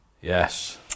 yes